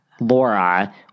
Laura